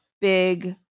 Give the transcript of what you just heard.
big